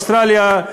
אוסטרליה,